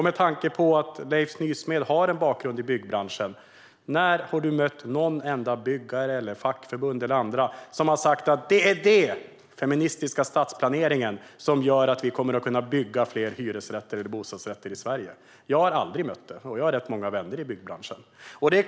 Med tanke på att Leif Nysmed har en bakgrund i byggbranschen undrar jag: När har du mött en byggare, ett fackförbund eller andra som har sagt att det är den feministiska stadsplaneringen som gör att vi kommer att kunna bygga fler hyresrätter eller bostadsrätter i Sverige? Jag har aldrig mött någon som har sagt det, och jag har rätt många vänner i byggbranschen.